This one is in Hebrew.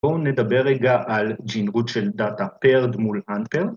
‫בואו נדבר רגע על ‫ג'ינרות של דאטה פרד מול אנפרד.